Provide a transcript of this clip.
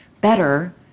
better